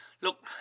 look